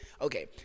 Okay